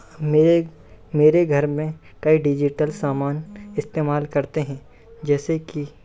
मेरे मेरे घर में कई डिज़िटल सामान इस्तेमाल करते हैं जैसे कि